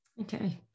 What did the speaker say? Okay